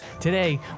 Today